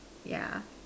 yeah